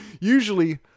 usually